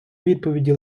відповіді